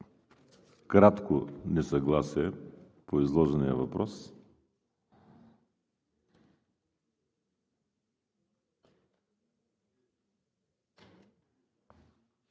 кратко несъгласие по изложения въпрос?